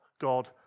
God